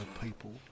people